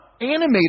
animated